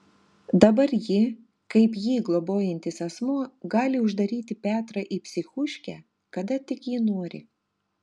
dabar ji kaip jį globojantis asmuo gali uždaryti petrą į psichuškę kada tik ji nori